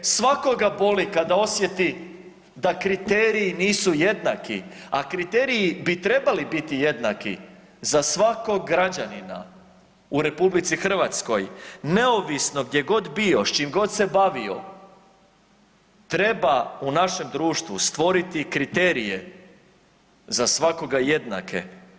Svakoga boli kada osjeti da kriteriji nisu jednaki, a kriteriji bi trebali biti jednaki za svakog građanina u Republici Hrvatskoj neovisno gdje god bio, s čim god se bavio treba u našem društvu stvoriti kriterije za svakoga jednake.